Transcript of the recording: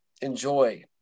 enjoy